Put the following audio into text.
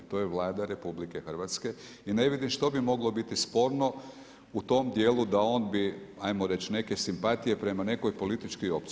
To je Vlada RH i ne vidim što bi moglo biti sporno u tom dijelu da on bi hajmo reći neke simpatije prema nekoj političkoj opciji.